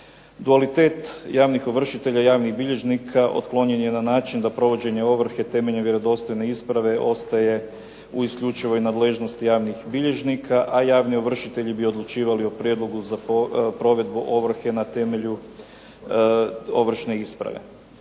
Dualitet javnih ovršitelja i javnih bilježnika otklonjen je na način da provođenje ovrhe temeljem vjerodostojne isprave ostaje u isključivoj nadležnosti javnih bilježnika, a javni ovršitelji bi odlučivali o prijedlogu za provedbu ovrhe na temelju ovršne isprave.